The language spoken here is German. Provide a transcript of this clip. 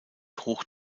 hoch